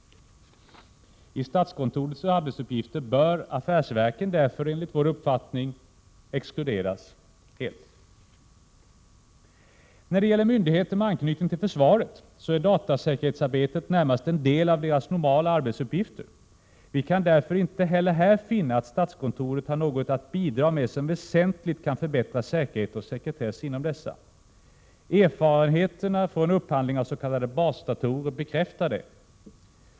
I statskontorets arbetsuppgifter bör affärsverken därför, enligt vår uppfattning, exkluderas helt. När det gäller myndigheter med anknytning till försvaret är datasäkerhetsarbetet närmast en del av deras normala arbetsuppgifter. Vi kan därför inte heller här finna att statskontoret har något att bidra med som väsentligt kan förbättra säkerhet och sektretess inom dessa. Erfarenheterna från upphandling av s.k. basdatorer bekräftar detta.